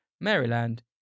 Maryland